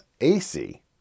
AC